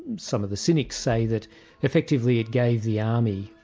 some of the cynics say that effectively it gave the army,